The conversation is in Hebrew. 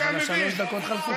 שלוש דקות חלפו.